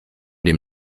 dem